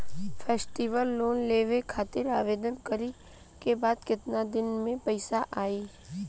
Festival loan लेवे खातिर आवेदन करे क बाद केतना दिन म पइसा आई?